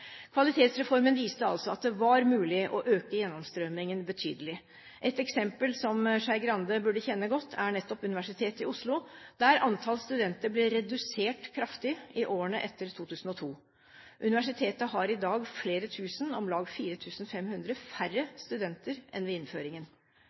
Kvalitetsreformen viste altså at det var mulig å øke gjennomstrømmingen betydelig. Ett eksempel, som representanten Skei Grande burde kjenne godt, er Universitetet i Oslo, der antallet studenter ble redusert kraftig i årene etter 2002. Universitetet har i dag flere tusen, om lag 4 500, færre